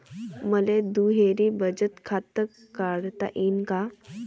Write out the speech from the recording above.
मले दुहेरी बचत खातं काढता येईन का?